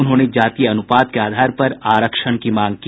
उन्होंने जातीय अनुपात के आधार पर आरक्षण की मांग की